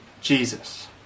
Jesus